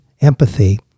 empathy